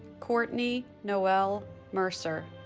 kortni noelle mercer